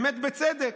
באמת בצדק,